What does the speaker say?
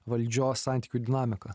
valdžios santykių dinamika